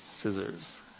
scissors